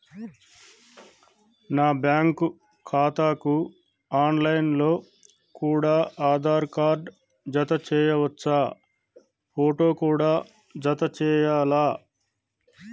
నా బ్యాంకు ఖాతాకు online లో కూడా ఆధార్ కార్డు జత చేయవచ్చా ఫోటో కూడా జత చేయాలా?